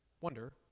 wonder